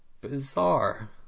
bizarre